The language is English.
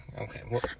okay